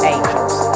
Angels